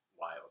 wild